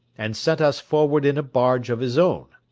and sent us forward in a barge of his own.